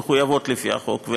שמחויבות לפי החוק.